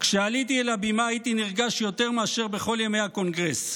"כשעליתי אל הבימה הייתי נרגש יותר מאשר בכל ימי הקונגרס.